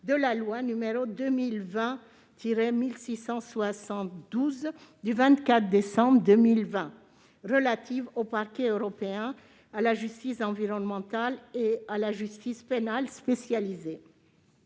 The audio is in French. de la loi 2020-1672 du 24 décembre 2020 relative au Parquet européen, à la justice environnementale et à la justice pénale spécialisée.